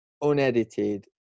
unedited